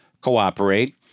Cooperate